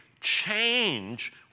change